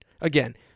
Again